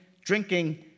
drinking